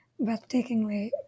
breathtakingly